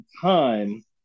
time